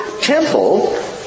temple